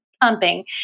pumping